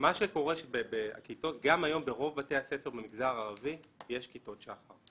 גם היום ברוב בתי הספר במגזר הערבי יש כיתות שח"ר.